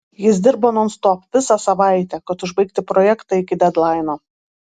jis dirbo nonstop visą savaitę kad užbaigti projektą iki dedlaino